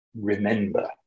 remember